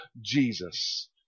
Jesus